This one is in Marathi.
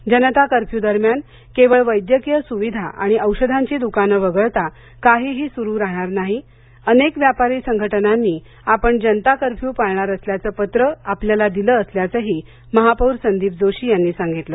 जनता कर्फ्यू दरम्यान केवळ वैद्यकीय सुविधा आणि औषधांची दुकानं वगळता काहीही सुरू राहणार नाही अनेक व्यापारी संघटनांनी आपण जनता कर्फ्यू पाळणार असल्याचे पत्र आपल्याला दिले असल्याचंही महापौर संदीप जोशी यांनी सांगितलं